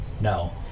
No